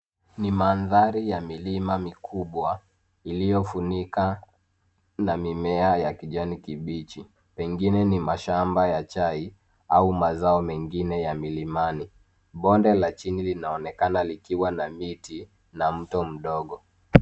Ni mandhari ya milima mikubwa iliyofunikwa na mimea ya kijani kibichi, pengine ni mashamba ya chai au mazao mengine ya milimani. Bonde la chini linaonekana likiwa na miti na mto mdogo.